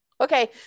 okay